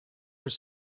was